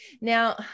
Now